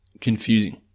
Confusing